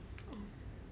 oh